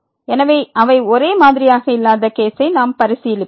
எனவே அவை ஒரே மாதிரியாக இல்லாத கேசை நாம் பரிசீலிப்போம்